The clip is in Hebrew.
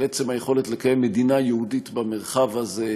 על עצם היכולת לקיים מדינה יהודית במרחב הזה.